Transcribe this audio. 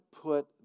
put